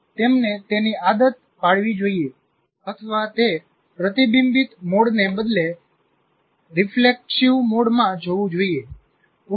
તેમને તેની આદત પાડવી જોઈએ અથવા તે પ્રતિબિંબીત મોડને બદલે રીફ્લેક્સિવ મોડમાં જવું જોઈએ